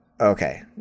okay